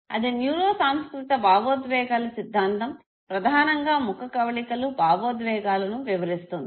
అది న్యూరో సాంస్కృతిక భావోద్వేగాల సిద్ధాంతం ప్రధానంగా ముఖ కవళికలు భావోద్వేగాలను వివరిస్తుంది